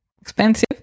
expensive